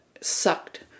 sucked